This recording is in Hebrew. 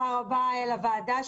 תודה רבה לוועדה,